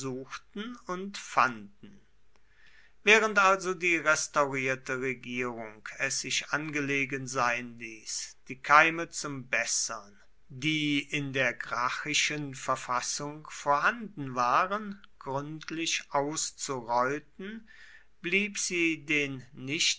ackergesetzes während also die restaurierte regierung es sich angelegen sein ließ die keime zum bessern die in der gracchischen verfassung vorhanden waren gründlich auszureuten blieb sie den nicht